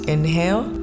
Inhale